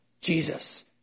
Jesus